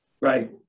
Right